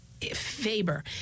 faber